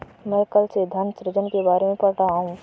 मैं कल से धन सृजन के बारे में पढ़ रहा हूँ